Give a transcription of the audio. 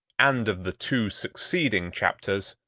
and of the two succeeding chapters,